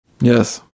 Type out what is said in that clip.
Yes